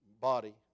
body